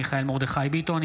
מיכאל מרדכי ביטון,